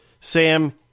Sam